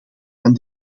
van